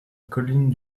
colline